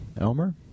Elmer